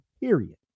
Period